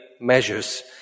measures